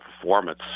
performance